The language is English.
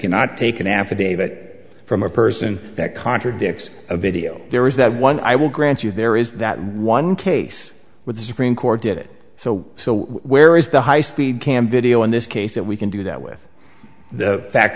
cannot take an affidavit from a person that contradicts a video there is that one i will grant you there is that one case where the supreme court did it so so where is the high speed cam video in this case that we can do that with the fact